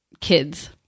kids